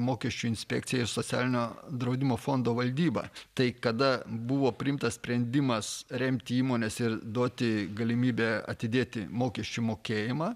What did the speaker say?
mokesčių inspekcija ir socialinio draudimo fondo valdyba tai kada buvo priimtas sprendimas remti įmones ir duoti galimybę atidėti mokesčių mokėjimą